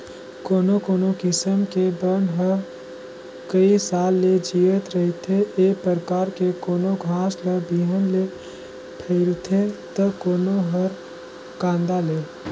कोनो कोनो किसम के बन ह कइ साल ले जियत रहिथे, ए परकार के कोनो घास हर बिहन ले फइलथे त कोनो हर कांदा ले